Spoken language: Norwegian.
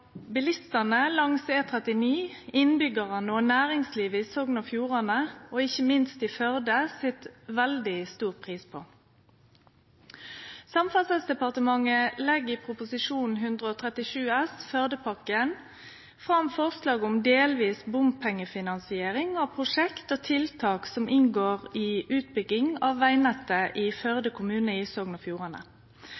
bilistane på E39, innbyggjarane og næringslivet i Sogn og Fjordane og ikkje minst i Førde set veldig stor pris på. Samferdselsdepartementet legg i Prop. 137 S, Førdepakken, fram forslag om delvis bompengefinansiering av prosjekt og tiltak som inngår i utbygginga av vegnettet i